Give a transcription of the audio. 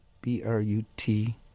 B-R-U-T